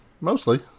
mostly